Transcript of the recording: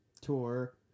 tour